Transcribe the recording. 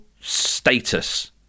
status